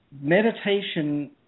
meditation